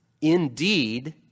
indeed